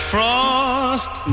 Frost